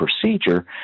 procedure